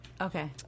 Okay